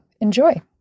enjoy